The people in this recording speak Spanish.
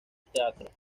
teatro